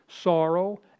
Sorrow